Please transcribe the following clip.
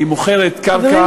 היא מוכרת קרקע במחירים,